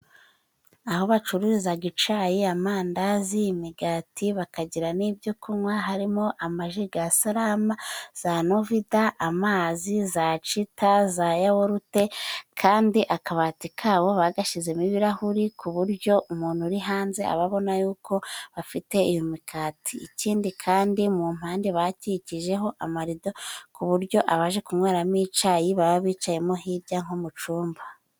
Aho bacuruzaga icayi, amandazi, imigati bakagira n'ibyo kunywa harimo amaji ga salama, za novida, amazi, za cita za yawurute kandi akabati kabo bagashizemo ibirahuri ku buryo umuntu uri hanze aba abona yuko bafite iyo mikati, ikindi kandi mu mpande bakikijeho amarido ku buryo abaje kunyweramo icayi baba bicaye hirya nko mucumba.